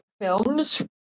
films